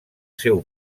seu